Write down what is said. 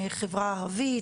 חברה ערבית,